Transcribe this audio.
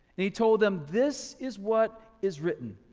he told them, this is what is written,